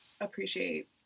appreciate